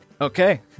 Okay